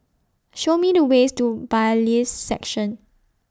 Show Me The ways to Bailiffs' Section